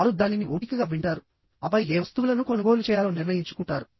వారు దానిని ఓపికగావింటారుఆపై ఏ వస్తువులను కొనుగోలు చేయాలో నిర్ణయించుకుంటారు